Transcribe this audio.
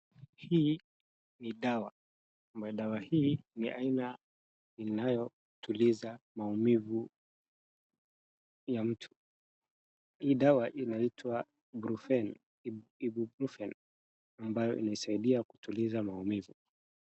Hii ni dawa, mwendo wa hii ni aina inayotuliza maumivu ya mtu. Hii dawa inaitwa brufen ambayo inasaidia kutuliza maumivu.